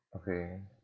okay